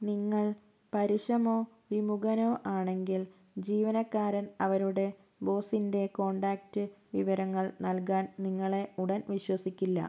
നിങ്ങൾ പരുഷമോ വിമുഖനോ ആണെങ്കിൽ ജീവനക്കാരൻ അവരുടെ ബോസിൻ്റെ കോൺടാക്റ്റ് വിവരങ്ങൾ നൽകാൻ നിങ്ങളെ ഉടൻ വിശ്വസിക്കില്ല